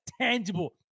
tangible